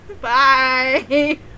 Bye